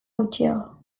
gutxiago